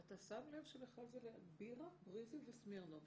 אתה שם לב שבכלל זה בירה, בריזר וסמירנוף.